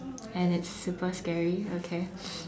and it is super scary okay